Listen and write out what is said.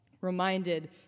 reminded